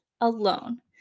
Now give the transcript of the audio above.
alone